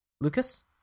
Lucas